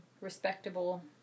respectable